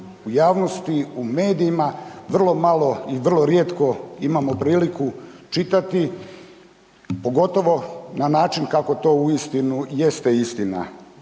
u javnosti, u medijima vrlo malo i vrlo rijetko imamo priliku čitati pogotovo na način kako to uistinu jeste istina.